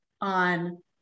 on